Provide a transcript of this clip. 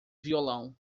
violão